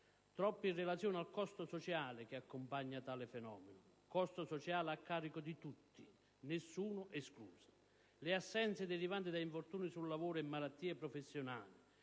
troppi in relazione al costo sociale che accompagna tale fenomeno. Costo sociale a carico di tutti, nessuno escluso; le assenze derivanti da infortuni sul lavoro e malattie professionali